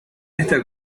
esta